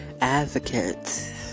advocate